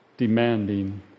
Demanding